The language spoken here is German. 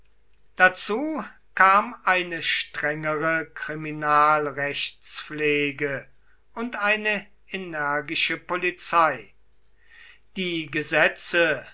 dazu kam eine strengere kriminalrechtspflege und eine energische polizei die gesetze